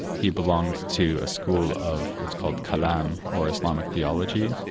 he belongs to a school of what's called kalam or islamic theology,